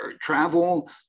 travel